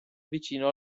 vicino